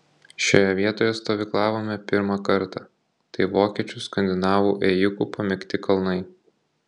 šioje vietoje stovyklavome pirmą kartą tai vokiečių skandinavų ėjikų pamėgti kalnai